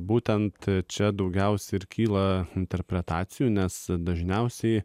būtent čia daugiausiai ir kyla interpretacijų nes dažniausiai